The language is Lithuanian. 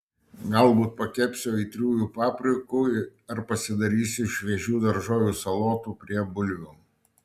galbūt pakepsiu aitriųjų paprikų ar pasidarysiu šviežių daržovių salotų prie bulvių